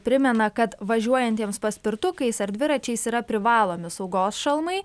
primena kad važiuojantiems paspirtukais ar dviračiais yra privalomi saugos šalmai